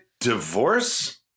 Divorce